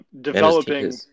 developing